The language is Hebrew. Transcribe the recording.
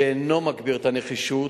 שאינו מגביר את הנחישות,